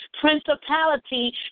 principality